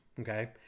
okay